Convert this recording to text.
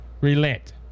relent